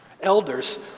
Elders